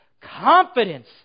confidence